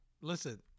listen